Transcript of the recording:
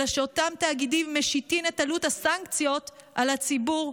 אלא שאותם תאגידים משיתים את עלות הסנקציות על הציבור,